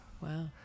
Wow